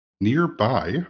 nearby